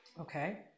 Okay